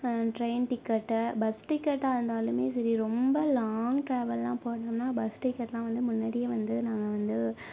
train ticket bus டிக்கெட்டாருந்தாலுமே சரி ரொம்ப லாங் டிராவல்லாம் போனம்ன்னா பஸ் டிக்கெட்லாம் வந்து முன்னாடியே வந்து நாங்கள் வந்து